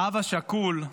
האב השכול,